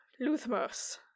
Luthmos